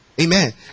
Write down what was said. amen